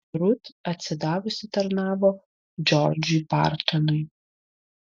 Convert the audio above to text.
rut atsidavusi tarnavo džordžui bartonui